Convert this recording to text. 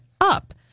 up